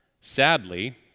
Sadly